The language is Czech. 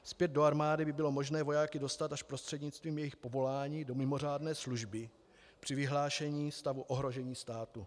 Zpět do armády by bylo možné vojáky dostat až prostřednictvím jejich povolání do mimořádné služby při vyhlášení stavu ohrožení státu.